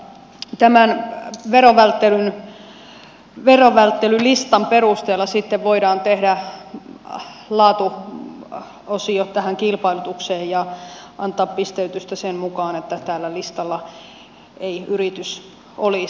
tämän veronvälttelylistan perusteella sitten voidaan tehdä laatuosio tähän kilpailutukseen ja antaa pisteytystä sen mukaan että tällä listalla ei yritys olisi